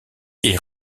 est